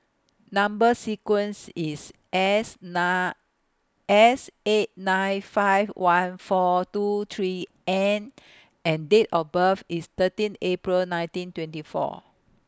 Number sequence IS S nine S eight nine five one four two three N and Date of birth IS thirteen April nineteen twenty four